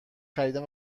خریدن